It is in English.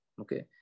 Okay